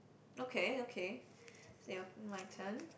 okay okay so y~ my turn